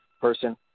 person